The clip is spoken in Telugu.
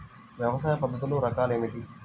వ్యవసాయ పద్ధతులు రకాలు ఏమిటి?